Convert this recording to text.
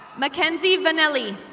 mckenzie vinelli.